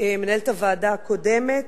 מנהלת הוועדה הקודמת,